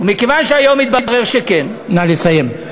מכיוון שהיום התברר שכן, נא לסיים.